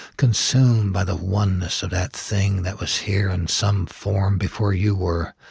consumed by the oneness of that thing that was here in some form before you were,